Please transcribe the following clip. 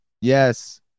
Yes